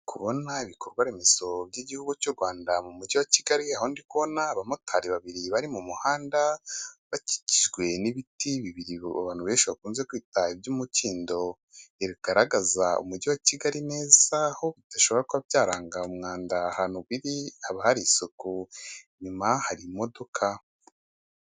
Kubona ibikorwa remezo by'igihugu cy'u Rwanda mu mujyi wa Kigali aho ndi kubona n abamotari babiri bari mu muhanda bakikijwe n'ibiti bibiri abantu benshi bakunze kwita iby'umukindo ibigaragaza umujyi wa Kigali neza aho bidashoboka kuba byaranga umwanda ahantu biriba hariri isuku nyuma hari imodoka...